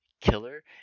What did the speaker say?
killer